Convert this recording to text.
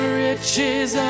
riches